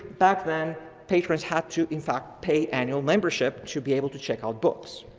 back then patrons had to in fact pay annual membership to be able to check all the books.